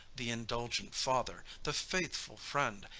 the indulgent father, the faithful friend,